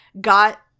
got